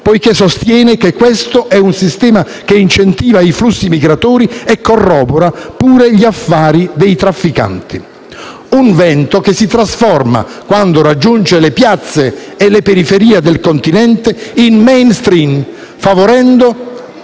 poiché sostiene che questo è un sistema che incentiva i flussi migratori e corrobora pure gli affari dei trafficanti. Un vento che si trasforma quando raggiunge le piazze e le periferie del Continente in *mainstream*, favorendo